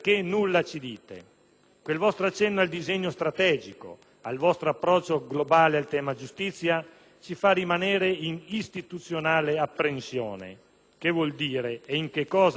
Quel vostro accenno al «disegno strategico», al vostro «approccio globale al tema giustizia» ci fa rimanere in istituzionale apprensione: che vuol dire? E in che cosa si concretizza?